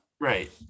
Right